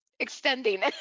Extending